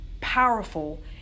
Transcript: powerful